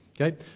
Okay